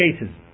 cases